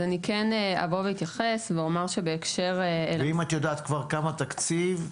ואם את יודעת כבר כמה תקציב,